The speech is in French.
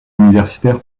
universitaire